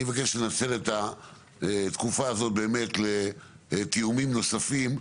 אני מבקש לנצל את התקופה הזאת באמת לתיאומים נוספים,